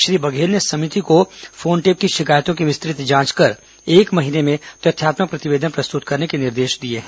श्री बघेल ने समिति को फोन टेप की शिकायतों की विस्तृत जांच कर एक माह में तथ्यात्मक प्रतिवेदन प्रस्तुत करने के निर्देश दिए हैं